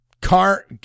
car